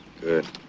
Good